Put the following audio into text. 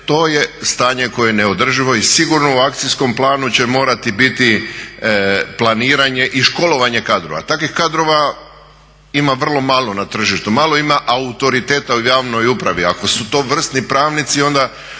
to je stanje koje je neodrživo i sigurno u akcijskom planu će morati biti planiranje i školovanje kadrova. Takvih kadrova ima vrlo malo na tržištu, malo ima autoriteta u javnoj upravi, ako su to vrsni pravnici onda